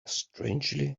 strangely